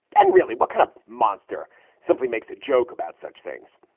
and really, what kind of monster simply makes a joke about such things?